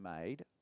made